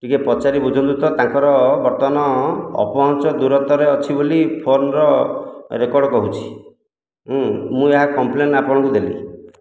ଟିକେ ପଚାରି ବୁଝନ୍ତୁ ତ ତାଙ୍କର ବର୍ତ୍ତମାନ ଅପହଁଞ୍ଚ ଦୂରତାରେ ଅଛି ବୋଲି ଫୋନର ରେକର୍ଡ଼ କହୁଛି ହୁଁ ମୁଁ ଏହା କମ୍ପ୍ଲେନ ଆପଣଙ୍କୁ ଦେଲି